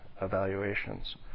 evaluations